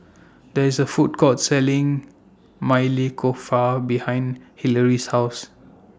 There IS A Food Court Selling Maili Kofta behind Hillery's House